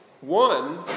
One